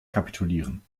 kapitulieren